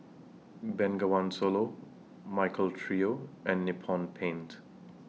Bengawan Solo Michael Trio and Nippon Paint